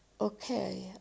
okay